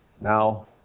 Now